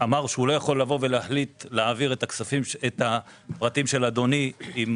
לא יכול להחליט להעביר את הפרטים של אדוני, אם